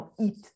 eat